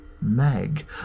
meg